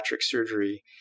surgery